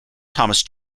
thomas